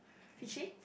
is she